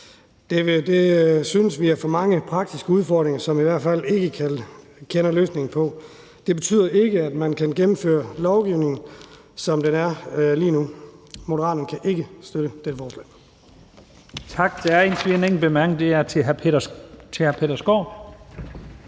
Det synes vi er for mange praktiske udfordringer, som vi i hvert fald ikke kender løsningen på. Det betyder, at man ikke kan gennemføre lovforslaget, som det er lige nu. Moderaterne kan ikke støtte dette forslag.